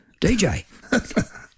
DJ